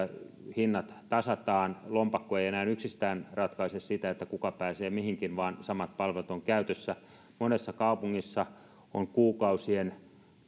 hinnat tasataan lompakko ei enää yksistään ratkaise sitä kuka pääsee mihinkin vaan samat palvelut ovat käytössä monessa kaupungissa on kuukausien jono